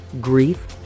grief